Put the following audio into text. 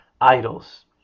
idols